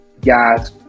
guys